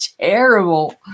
terrible